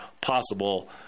possible